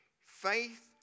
faith